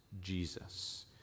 Jesus